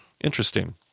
Interesting